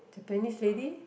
Japanese lady